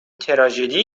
تراژدی